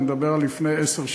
אני מדבר על לפני עשר שנים.